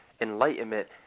enlightenment